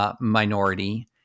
minority